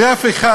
ואף אחד,